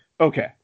Okay